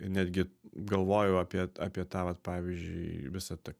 netgi galvoju apie apie tą vat pavyzdžiui visą tą